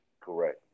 Correct